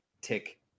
Tick